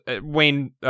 Wayne